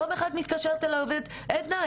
יום אחד מתקשרת אליי עובדת "עדנה,